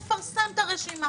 לפרסם את הרשימה